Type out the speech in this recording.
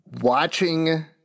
watching